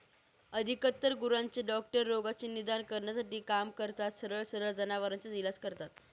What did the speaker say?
अधिकतर गुरांचे डॉक्टर रोगाचे निदान करण्यासाठी काम करतात, सरळ सरळ जनावरांवर इलाज करता